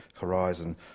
horizon